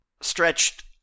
stretched